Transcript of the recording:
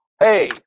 Hey